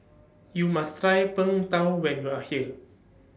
YOU must Try Png Tao when YOU Are here